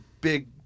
big